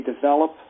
develop